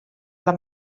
alla